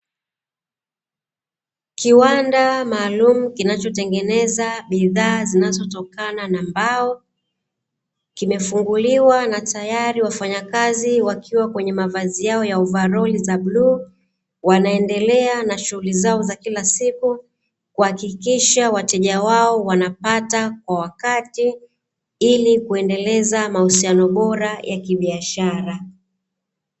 Kiwanda maalumu kinacho tengeneza bidhaa zinazotokana na mbao, kimefunguliwa na tayari wafanyakazi wakiwa kwenye mavazi yao ya ovaroli za bluu, wanaendelea na shughuri zao za kila siku kuhakikisha wateja wao wanapata kwa wakati hili kuendeleza mahusiano bora ya kibiashara